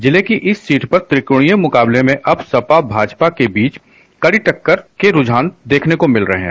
जिले की इस सीट पर त्रिर्काणीय मुकाबले में अब सपा भाजपा के बीच कड़ी टक्कर के रूझान देखने को मिल रहे हैं